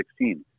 2016